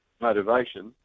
motivation